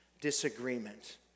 disagreement